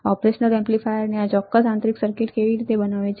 operational એમ્પ્લીફાયરની આ ચોક્કસ આંતરિક સર્કિટ કેવી રીતે બનાવે છે